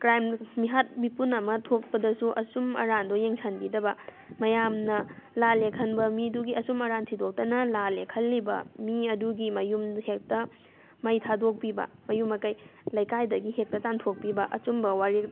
crime ꯃꯤꯍꯥꯠ ꯃꯤꯄꯨꯟ ꯑꯃ ꯊꯣꯛꯄꯗꯁꯨ ꯑꯆꯨꯝ ꯑꯔꯥꯟꯗꯣ ꯌꯦꯡꯁꯟꯕꯤꯗꯕ ꯃꯌꯥꯝꯅ ꯂꯥꯜꯂꯦ ꯈꯟꯕ ꯃꯤꯗꯨꯒꯤ ꯑꯆꯨꯝ ꯑꯔꯥꯟ ꯊꯤꯗꯣꯛꯇꯅ ꯂꯥꯜꯂꯦ ꯈꯜꯂꯤꯕ ꯃꯤ ꯑꯗꯨꯒꯤ ꯃꯌꯨꯝꯗꯨ ꯍꯦꯛꯇ ꯃꯩ ꯊꯥꯗꯣꯛꯄꯤꯕ ꯃꯌꯨꯝ ꯃꯀꯩ ꯂꯩꯀꯥꯏꯗꯒꯤ ꯍꯦꯛꯇ ꯇꯥꯟꯊꯣꯛꯄꯤꯕ ꯑꯆꯨꯝꯕ ꯋꯥꯔꯦꯞ